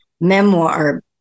memoir